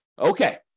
Okay